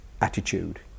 attitude